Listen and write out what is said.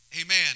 Amen